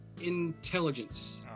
intelligence